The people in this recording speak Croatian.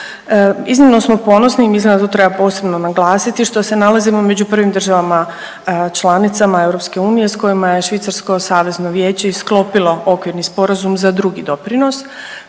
Iznimno smo ponosni, i mislim da to treba posebno naglasiti, što se nalazimo među prvim državama članicama EU s kojima je Švicarsko Savezno vijeće i sklopilo okvirni sporazum za drugi doprinos,